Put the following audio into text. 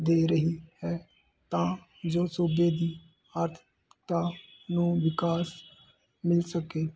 ਦੇ ਰਹੀ ਹੈ ਤਾਂ ਜੋ ਸੂਬੇ ਦੀ ਆਰਥਿਕਤਾ ਨੂੰ ਵਿਕਾਸ ਮਿਲ ਸਕੇ